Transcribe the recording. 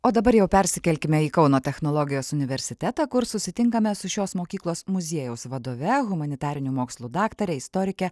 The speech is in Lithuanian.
o dabar jau persikelkime į kauno technologijos universitetą kur susitinkame su šios mokyklos muziejaus vadove humanitarinių mokslų daktare istorike